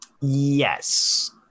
Yes